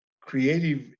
creative